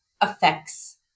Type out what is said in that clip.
affects